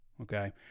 Okay